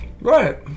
Right